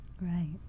Right